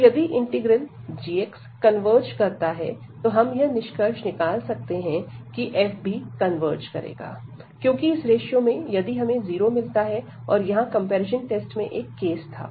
तो यदि integral g converge करता है तो हम यह निष्कर्ष निकाल सकते हैं की f भी कन्वर्ज करेगा क्योंकि इस रेश्यो से यदि हमें 0 मिलता है और यह कंपैरिजन टेस्ट में एक केस था